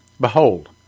Behold